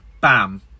Bam